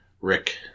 Rick